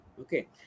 Okay